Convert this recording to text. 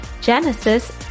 Genesis